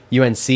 UNC